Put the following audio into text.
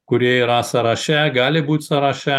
kurie yra sąraše gali būt sąraše